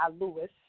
Lewis